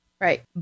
right